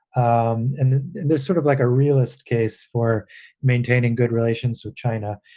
um and this sort of like a realist case for maintaining good relations with china.